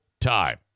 time